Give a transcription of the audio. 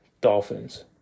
Dolphins